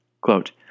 quote